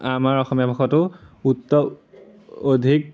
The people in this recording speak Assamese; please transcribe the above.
আমাৰ অসমীয়া ভাষাটো উত্ত অধিক